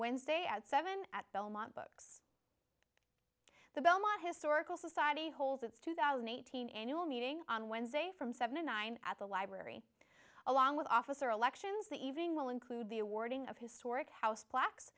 wednesday at seven at belmont books the belmont historical society holds its two thousand eight hundred new meeting on wednesday from seventy nine at the library along with officer elections the evening will include the awarding of historic house pla